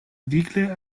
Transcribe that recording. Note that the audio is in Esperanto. vigle